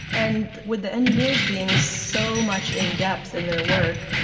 and with the engineers being so much in depth in their work,